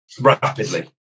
rapidly